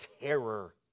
terror